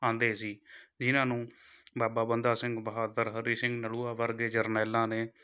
ਆਉਂਦੇ ਸੀ ਜਿਹਨਾਂ ਨੂੰ ਬਾਬਾ ਬੰਦਾ ਸਿੰਘ ਬਹਾਦਰ ਹਰੀ ਸਿੰਘ ਨਲੂਆ ਵਰਗੇ ਜਰਨੈਲਾਂ ਨੇ